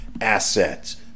assets